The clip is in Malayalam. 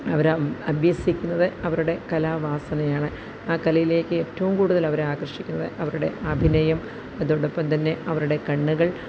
അവർ അഭ്യസിക്കുന്നത് അവരുടെ കലാവാസനയാണ് ആ കലയിലേക്ക് ഏറ്റവും കൂടുതൽ അവരെ ആകർഷിക്കുന്നത് അവരുടെ അഭിനയം അതോടൊപ്പം തന്നെ അവരുടെ കണ്ണുകൾ